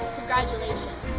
Congratulations